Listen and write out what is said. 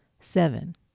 Seven